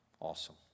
Awesome